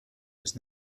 was